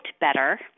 better